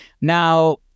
Now